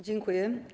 Dziękuję.